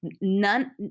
None